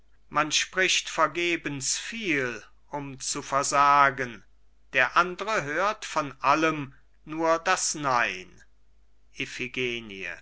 man spricht vergebens viel um zu versagen der andre hört von allem nur das nein